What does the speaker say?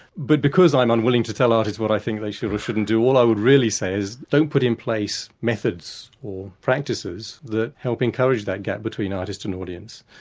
but because i'm unwilling to tell artists what i think they should or shouldn't do, all would really say is don't put in place methods or practices that help encourage that gap between artists and audience.